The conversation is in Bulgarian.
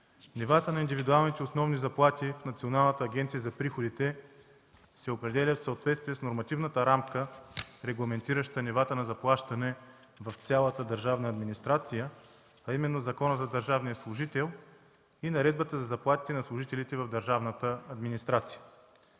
Нивата на индивидуалните основни заплати в Националната агенция за приходите се определят в съответствие с нормативната рамка, регламентираща нивата на заплащане в цялата държавна администрация, а именно – Законът за държавния служител и Наредбата за заплатите на служителите в държавната администрация.